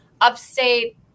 upstate